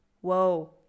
whoa